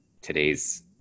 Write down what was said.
today's